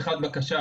אחת זה בקשה,